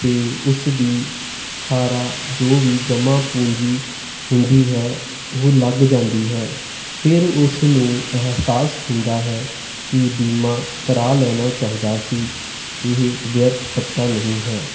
ਤੇ ਉਸ ਦੀ ਸਾਰਾ ਜੋ ਵੀ ਜਮਾ ਪੂੰਜੀ ਹੁੰਦੀ ਹੈ ਉਹ ਲੱਗ ਜਾਂਦੀ ਹੈ ਫਿਰ ਉਸ ਨੂੰ ਅਹਿਸਾਸ ਹੁੰਦਾ ਹੈ ਕਿ ਬੀਮਾ ਕਰਾ ਲੈਣਾ ਚਾਹੀਦਾ ਸੀ ਇਹ ਵਿਅਰਥ ਖਰਚਾ ਨਹੀਂ ਹੈ